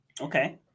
Okay